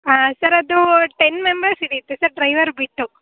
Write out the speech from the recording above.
ಹಾಂ ಸರ್ ಅದು ten members ಹಿಡಿಯುತ್ತೆ ಸರ್ ಡ್ರೈವರ್ ಬಿಟ್ಟು